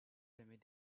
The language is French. jamais